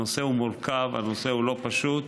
הנושא מורכב, הנושא לא פשוט,